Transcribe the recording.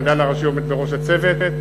המדען הראשי עומד בראש הצוות,